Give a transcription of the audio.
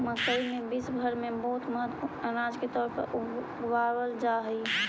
मकई विश्व भर में बहुत महत्वपूर्ण अनाज के तौर पर उगावल जा हई